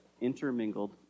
intermingled